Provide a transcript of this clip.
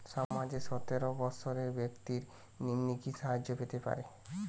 সমাজের সতেরো বৎসরের ব্যাক্তির নিম্নে কি সাহায্য পেতে পারে?